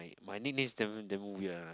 my nickname is damn damn weird lah